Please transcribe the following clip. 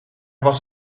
was